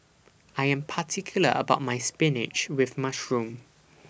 I Am particular about My Spinach with Mushroom